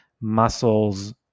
muscles